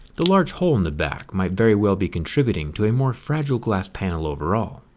the large hole in the back might very well be contributing to a more fragile glass panel overall.